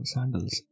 Sandals